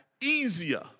easier